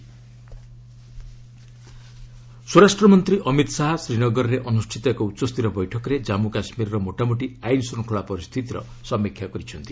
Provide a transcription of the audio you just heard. JK home minister ସ୍ୱରାଷ୍ଟ୍ରମନ୍ତ୍ରୀ ଅମିତ ଶାହା ଶ୍ରୀନଗରରେ ଅନୁଷ୍ଠିତ ଏକ ଉଚ୍ଚସ୍ତରୀୟ ବୈଠକରେ କାଞ୍ଗୁ କାଶ୍ମୀରର ମୋଟାମୋଟି ଆଇନ୍ ଶ୍ରଙ୍ଖଳା ପରିସ୍ଥିତିର ସମୀକ୍ଷା କରିଛନ୍ତି